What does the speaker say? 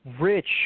rich